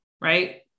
right